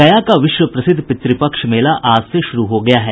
गया का विश्व प्रसिद्ध पितृपक्ष मेला आज से शुरू हो गया है